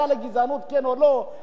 האם זו השפלה, כן או לא?